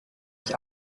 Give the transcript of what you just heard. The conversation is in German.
ich